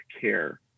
care